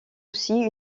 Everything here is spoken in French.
aussi